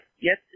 Yes